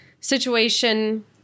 Situation